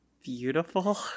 Beautiful